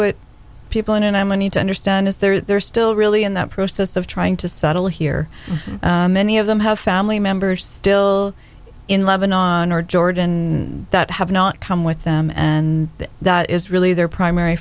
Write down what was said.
what people in amman need to understand is there's still really in that process of trying to settle here many of them have family members still in lebanon or jordan that have not come with them and that is really their primary